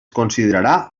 considerarà